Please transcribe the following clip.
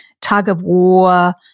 tug-of-war